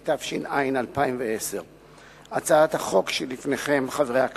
התש"ע 2010. הצעת החוק שלפניכם, חברי הכנסת,